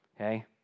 okay